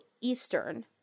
Eastern